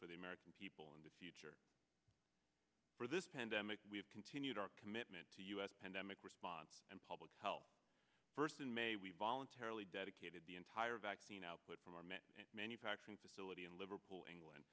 for the american people in the future for this pandemic we have continued our commitment to u s pandemic response and public health first in may voluntarily dedicated the entire vaccine output from our men manufacturing facility in liverpool england